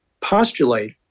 postulate